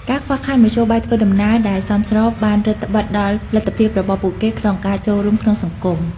ការខ្វះខាតមធ្យោបាយធ្វើដំណើរដែលសមស្របបានរឹតត្បិតដល់លទ្ធភាពរបស់ពួកគេក្នុងការចូលរួមក្នុងសង្គម។